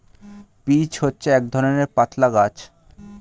peach হচ্ছে এক ধরণের পাতলা গাছ